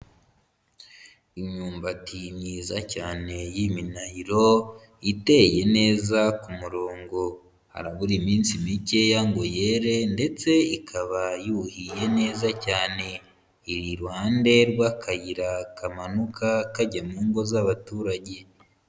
Imyumbati myiza cyane y'iminahiro iteye neza ku murongo, harabura iminsi mikeya ngo yere ndetse ikaba yuhiye neza cyane, iri iruhande rw'akayira kamanuka kajya mu ngo z'abaturage.